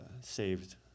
saved